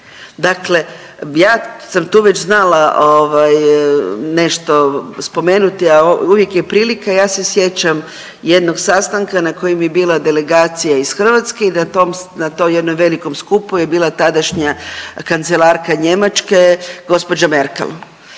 dakle ja sam tu već znala ovaj nešto spomenuti, a uvijek je prilika. Ja se sjećam jednog sastanka na kojem je bila delegacija iz Hrvatske i na tom, na tom jednom velikom skupu je bila tadašnja kancelarka Njemačke gđa. Merkel,